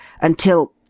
until—